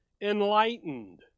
enlightened